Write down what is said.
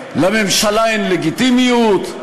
לממשלה אין לגיטימיות,